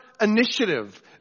initiative